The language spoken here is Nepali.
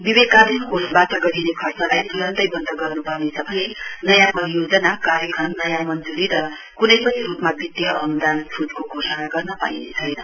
विवेकाधीन कोषवाट गरिने खर्चलाई तुरुन्तै बन्द गर्नुपर्ने भने नयाँ परियोजना कार्यक्रम नयाँ मञ्जूरी र कुनै पनि रुपमा वित्तीय अनुदान छूटको घोषणा गर्न पाइनेछैन